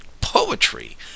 poetry